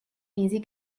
easy